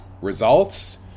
results